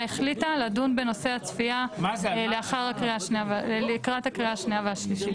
החליטה לדון בנושא הצפייה לקראת הקריאה השנייה והשלישית.